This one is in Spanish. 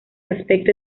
aspecto